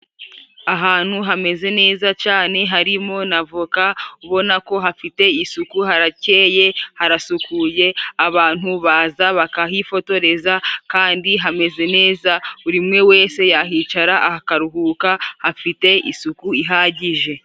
Ahantu hameze neza cane harimo n'avoka. Ubona ko hafite isuku, harakeye harasukuye, abantu baza bakahifotoreza. Kandi hameze neza buri mwe wese yahicara akaruhuka hafite isuku ihagije.